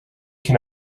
can